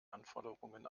anforderungen